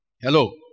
Hello